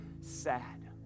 sad